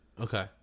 Okay